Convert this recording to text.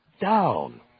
down